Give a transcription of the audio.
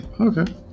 okay